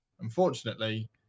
unfortunately